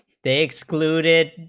they excluded